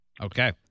Okay